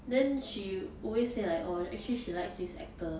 then she always say like oh actually she likes swiss actor